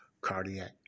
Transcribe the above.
cardiac